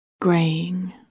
graying